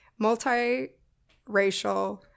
multiracial